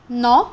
ন